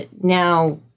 Now